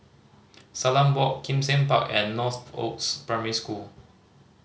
Salam Walk Kim Seng Park and Northoaks Primary School